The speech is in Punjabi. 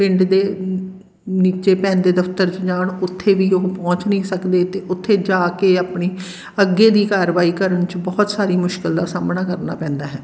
ਪਿੰਡ ਦੇ ਨੀਚੇ ਪੈਂਦੇ ਦਫ਼ਤਰ 'ਚ ਜਾਣ ਉੱਥੇ ਵੀ ਉਹ ਪਹੁੰਚ ਨਹੀਂ ਸਕਦੇ ਅਤੇ ਉੱਥੇ ਜਾ ਕੇ ਆਪਣੀ ਅੱਗੇ ਦੀ ਕਾਰਵਾਈ ਕਰਨ 'ਚ ਬਹੁਤ ਸਾਰੀ ਮੁਸ਼ਕਿਲ ਦਾ ਸਾਹਮਣਾ ਕਰਨਾ ਪੈਂਦਾ ਹੈ